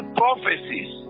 prophecies